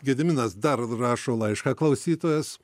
gediminas dar rašo laišką klausytojas